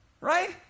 right